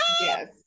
Yes